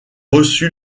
reçu